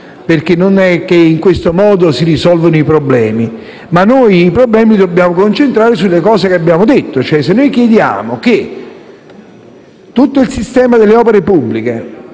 perché non è in questo modo che si risolvono i problemi, ma dobbiamo concentrarci sulle cose che abbiamo detto. Se chiediamo che tutto il sistema delle opere pubbliche